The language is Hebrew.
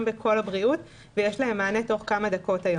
בקול הבריאות ויש להם מענה תוך כמה דקות.